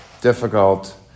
difficult